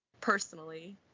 personally